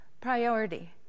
priority